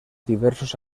diversos